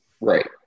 Right